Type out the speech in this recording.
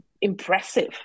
impressive